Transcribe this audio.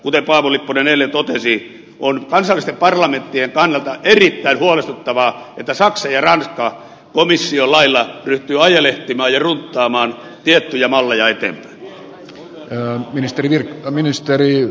kuten paavo lipponen eilen totesi on kansallisten parlamenttien kannalta erittäin huolestuttavaa että saksa ja ranska komission lailla ryhtyvät ajelehtimaan ja runttaamaan tiettyjä malleja eteenpäin